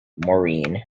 maureen